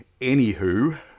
Anywho